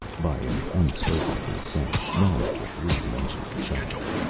by an unspoken consent, none of the three mentioned charl,